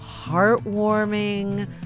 heartwarming